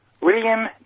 William